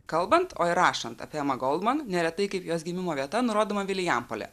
kalbant o ir rašant apie emą goldman neretai kaip jos gimimo vieta nurodoma vilijampolė